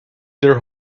their